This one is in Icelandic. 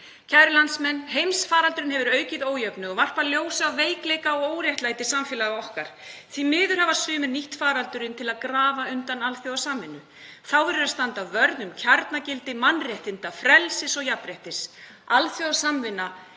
Kæru landsmenn. Heimsfaraldurinn hefur aukið ójöfnuð og varpað ljósi á veikleika og óréttlæti samfélaga okkar. Því miður hafa sumir nýtt faraldurinn til að grafa undan alþjóðasamvinnu. Þá verður að standa vörð um kjarnagildi mannréttinda, frelsis og jafnréttis. Alþjóðasamvinna